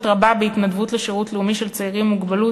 רבה בהתנדבות לשירות לאומי של צעירים עם מוגבלות